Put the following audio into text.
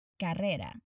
Carrera